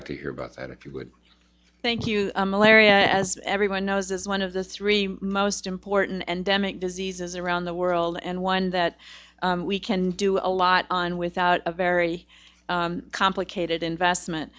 like to hear about that if you would thank you larry as everyone knows is one of the three most important and demick diseases around the world and one that we can do a lot on without a very complicated investment